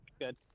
good